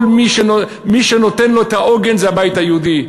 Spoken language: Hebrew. מי שנותן לו את העוגן זה הבית היהודי.